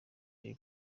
jay